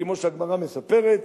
כמו שהגמרא מספרת,